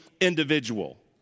individual